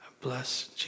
bless